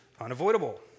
unavoidable